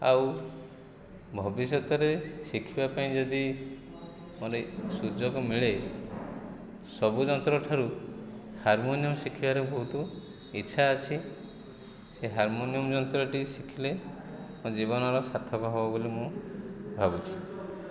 ଆଉ ଭବିଷ୍ୟତରେ ଶିଖିବାପାଇଁ ଯଦି ମୋତେ ସୁଯୋଗ ମିଳେ ସବୁ ଯନ୍ତ୍ର ଠାରୁ ହାରମୋନିୟମ୍ ଶିଖିବାରେ ବହୁତ ଇଚ୍ଛା ଅଛି ସେ ହାରମୋନିୟମ୍ ଯନ୍ତ୍ରଟି ଶିଖିଲେ ମୋ ଜୀବନର ସାର୍ଥକ ହେବ ବୋଲି ମୁଁ ଭାବୁଛି